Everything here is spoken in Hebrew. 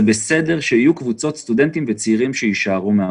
בסדר שיהיו קבוצות סטודנטים וצעירים שיישארו מאחור.